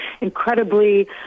incredibly